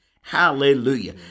Hallelujah